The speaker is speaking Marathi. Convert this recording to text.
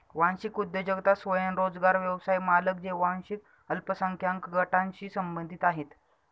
वांशिक उद्योजकता स्वयंरोजगार व्यवसाय मालक जे वांशिक अल्पसंख्याक गटांशी संबंधित आहेत